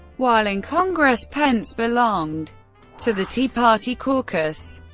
while in congress, pence belonged to the tea party caucus.